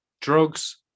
drugs